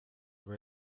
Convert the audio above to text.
kui